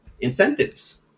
incentives